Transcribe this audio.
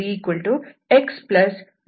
ಅಂದರೆ ∂f∂yx∂h∂y